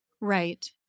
Right